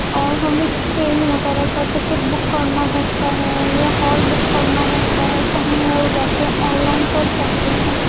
اور ہمیں ٹرین وغیرہ کا ٹکٹ بک کرنا ہوتا ہے یا ہال بک کرنا ہوتا ہے تو ہم گھر بیٹھے آن لائن کر سکتے ہیں